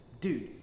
dude